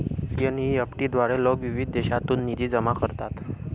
NEFT द्वारे लोक विविध देशांतून निधी जमा करतात